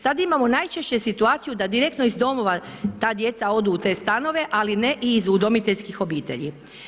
Sada imamo najčešće situaciju da direktno iz domova ta djeca odu u te stanove, ali ne i iz udomiteljskih obitelji.